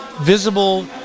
visible